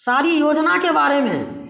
सारी योजना के बारे में